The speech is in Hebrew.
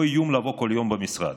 או איום לבוא כל יום למשרד,